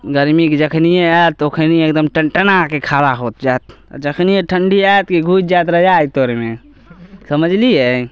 गरमीके जखनिये आयत तखनिये एकदम टनटनाके खड़ा हो जायत आओर जखनिये ठण्डी आयत कि घुसि जायत रजाइ तरमे समझलियै